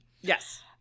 yes